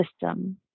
system